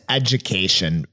education